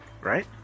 right